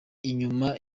inyuma